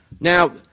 Now